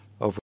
over